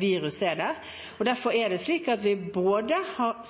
virus det er. Derfor har vi